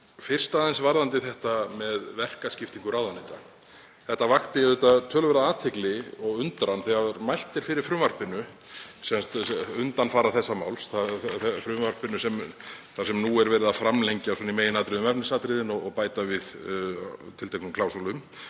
Fyrst aðeins varðandi þetta með verkaskiptingu ráðuneyta. Það vakti töluverða athygli og undran þegar mælt var fyrir frumvarpinu, undanfara þessa máls, þ.e. frumvarpinu þar sem nú er verið að framlengja í meginatriðum efnisatriðin og bæta við tilteknum klásúlum.